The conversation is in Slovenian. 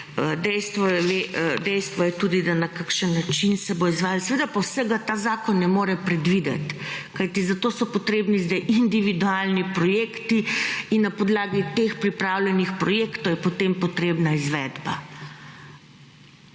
Dejstvo je tudi, da na kakšen način se bo izvajalo, seveda pa vsega ta zakon ne more predvideti, kajti zato so potrebni zdaj individualni projekti in na podlagi teh pripravljenih projektov je potem **21.